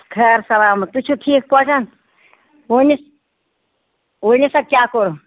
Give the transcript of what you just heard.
خیر سَلامَت تُہۍ چھِو ٹھیٖک پٲٹھۍ ؤنِو ؤنِو سا کیاہ کوٚرُو